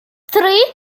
three